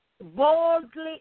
boldly